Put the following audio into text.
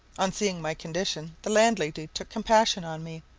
on seeing my condition the landlady took compassion on me,